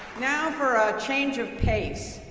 now for a change of pace.